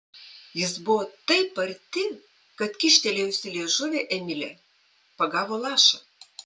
jis buvo taip arti kad kyštelėjusi liežuvį emilė pagavo lašą